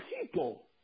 people